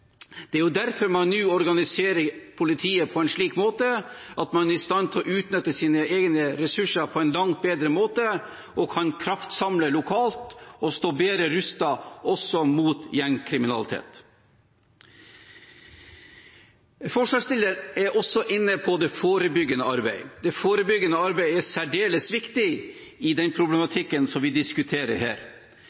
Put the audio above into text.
Det er derfor man nå organiserer politiet på en slik måte at man er i stand til å utnytte sine egne ressurser langt bedre, kraftsamle lokalt og stå bedre rustet, også mot gjengkriminalitet. Forslagsstillerne er også inne på det forebyggende arbeidet. Det forebyggende arbeidet er særdeles viktig i den problematikken vi diskuterer her.